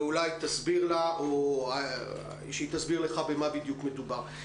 ואולי תסביר לה או שהיא תסביר לך במה בדיוק מדובר.